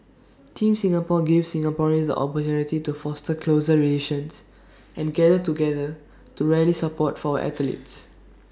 Team Singapore gives Singaporeans the opportunity to foster closer relations and gather together to rally support for our athletes